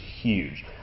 huge